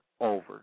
over